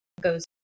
goes